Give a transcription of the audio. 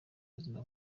buzima